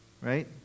Right